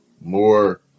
more